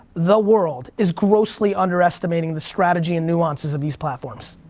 the world is grossly underestimating the strategy and nuances of these platforms.